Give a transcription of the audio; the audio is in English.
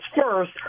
first